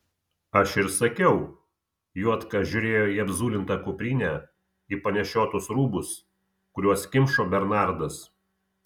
aš ir sakiau juodka žiūrėjo į apzulintą kuprinę į panešiotus rūbus kuriuos kimšo bernardas